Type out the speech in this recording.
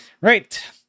Right